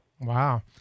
Wow